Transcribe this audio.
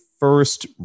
first